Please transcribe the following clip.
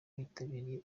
bitabiriye